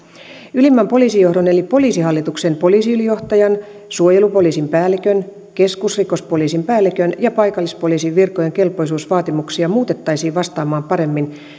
ylimmän poliisijohdon eli poliisihallituksen poliisiylijohtajan suojelupoliisin päällikön keskusrikospoliisin päällikön ja paikallispoliisin virkojen kelpoisuusvaatimuksia muutettaisiin vastaamaan paremmin